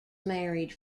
married